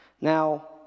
Now